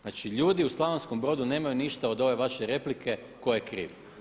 Znači ljudi u Slavonskom Brodu nemaju ništa od ove vaše replike tko je kriv.